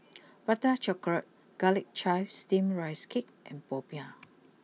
Prata chocolate Garlic Chives Steamed Rice Cake and Popiah